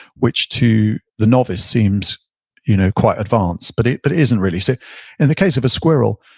which to the novice seems you know quite advanced, but it but isn't really. so in the case of a squirrel,